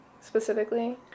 specifically